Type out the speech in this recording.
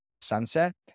sunset